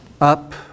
up